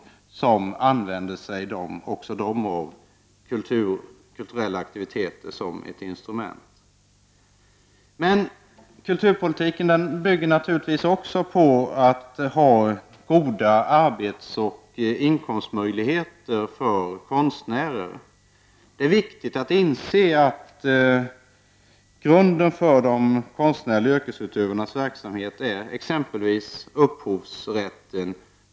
Också dessa använder sig av kulturella aktiviteter som ett instrument. Kulturpolitiken bygger också på goda arbetsoch inkomstmöjligheter för konstnärer. Det är viktigt att inse att grunden för de konstnärliga yrkesutövarnas verksamhet är t.ex. upphovsrätten.